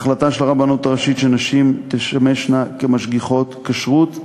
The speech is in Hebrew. החלטה של הרבנות הראשית שנשים תשמשנה משגיחות כשרות,